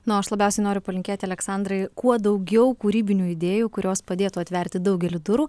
na o aš labiausiai noriu palinkėti aleksandrai kuo daugiau kūrybinių idėjų kurios padėtų atverti daugelį durų